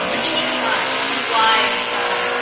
a chase-god, a wise god!